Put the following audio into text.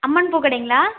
அம்மன் பூ கடைங்களா